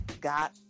got